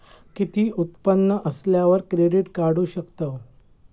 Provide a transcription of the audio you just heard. किती उत्पन्न असल्यावर क्रेडीट काढू शकतव?